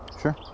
Sure